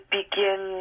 begin